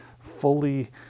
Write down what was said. fully